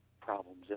problems